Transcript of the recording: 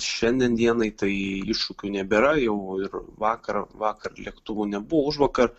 šiandien dienai tai iššūkių nebėra jau ir vakar vakar lėktuvų nebuvo užvakar